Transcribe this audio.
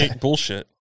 bullshit